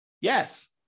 Yes